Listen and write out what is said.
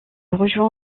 rejoint